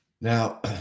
Now